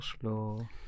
slow